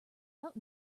out